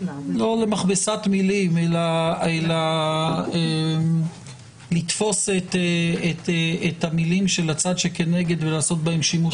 לא למכבסת מילים אלא לתפוס את המילים של הצד שכנגד ולעשות בהם שימוש